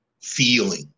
feeling